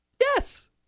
Yes